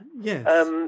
Yes